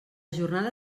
jornada